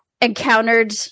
encountered